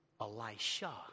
Elisha